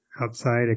outside